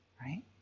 right